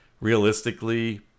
realistically